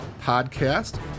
podcast